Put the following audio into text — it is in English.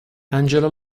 angela